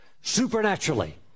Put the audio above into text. Supernaturally